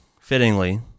fittingly